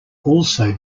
also